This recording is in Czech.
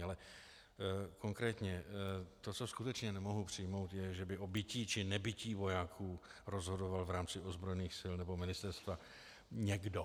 Ale konkrétně to, co skutečně nemohu přijmout, je, že by o bytí či nebytí vojáků rozhodoval v rámci ozbrojených sil nebo ministerstva někdo.